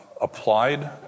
applied